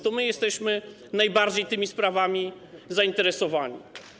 To my jesteśmy najbardziej tymi sprawami zainteresowani.